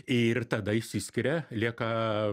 ir tada išsiskiria lieka